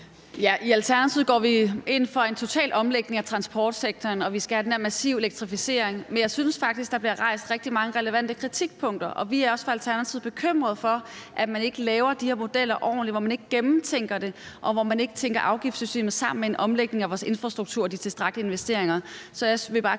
Alternativet går vi ind for en total omlægning af transportsektoren, og vi skal have den her massive elektrificering. Men jeg synes faktisk, der bliver rejst rigtig mange relevante kritikpunkter, og vi er også i Alternativet bekymret for, at man ikke laver de her modeller ordentligt: at man ikke gennemtænker det, og at man ikke tænker afgiftssystemet sammen med en omlægning af vores infrastruktur og de tilstrækkelige investeringer.